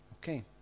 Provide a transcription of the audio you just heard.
Okay